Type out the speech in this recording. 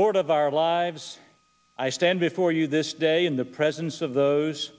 lord of our lives i stand before you this day in the presence of those